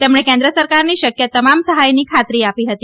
તેમણે કેન્દ્ર સરકારની શક્ય તમામ સહાયની ખાતરી આપી હતી